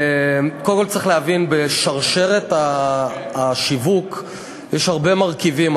קודם כול צריך להבין: בשרשרת השיווק יש הרבה מרכיבים.